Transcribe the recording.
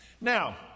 Now